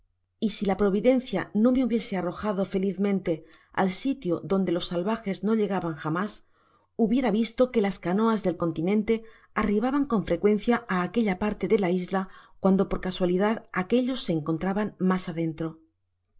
y si la providencia no me hubiese arrojado felizmente ai sitio donde los salvajes no llegaban jamás hubiera visto que las canoas del continente arribaban con frecuencia á aquella parte de la isla cuando por casualidad aquellos se encontraban mas adentro hubiera